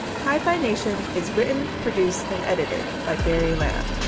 hyphenation is written, produced and edited by barry ladd,